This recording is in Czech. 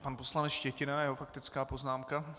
Pan poslanec Štětina a jeho faktická poznámka.